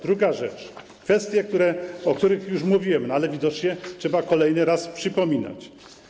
Druga rzecz to kwestie, o których już mówiłem, ale widocznie trzeba kolejny raz przypominać.